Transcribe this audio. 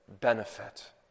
benefit